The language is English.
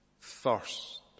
thirst